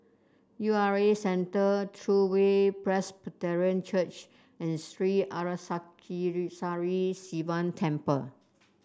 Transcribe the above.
U R A Centre True Way Presbyterian Church and Sri Arasakesari Sivan Temple